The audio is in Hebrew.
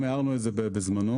הערנו על זה בזמנו.